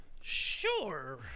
Sure